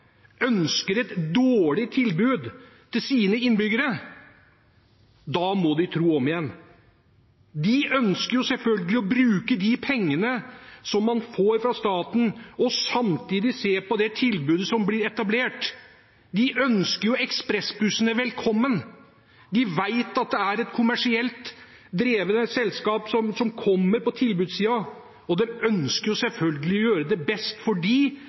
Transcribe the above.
ønsker et dårlig tilbud til sine innbyggere, må de tro om igjen. De ønsker selvfølgelig å bruke de pengene som de får fra staten, og samtidig se på det tilbudet som blir etablert. De ønsker jo ekspressbussene velkommen. De vet at det er kommersielt drevne selskap som kommer på tilbudssiden, og de ønsker selvfølgelig å gjøre det best for dem og best for de